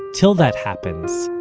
till that happens,